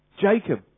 Jacob